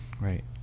Right